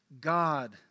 God